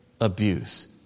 abuse